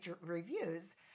reviews